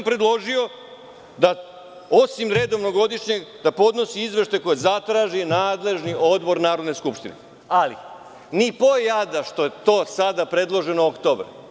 Predložio sam da, osim redovnog godišnjeg, podnosi izveštaj koji zatraži nadležni odbor Narodne skupštine, ali ni po jada što je to predloženo u oktobru.